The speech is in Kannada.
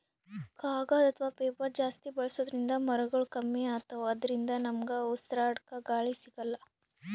ಕಾಗದ್ ಅಥವಾ ಪೇಪರ್ ಜಾಸ್ತಿ ಬಳಸೋದ್ರಿಂದ್ ಮರಗೊಳ್ ಕಮ್ಮಿ ಅತವ್ ಅದ್ರಿನ್ದ ನಮ್ಗ್ ಉಸ್ರಾಡ್ಕ ಗಾಳಿ ಸಿಗಲ್ಲ್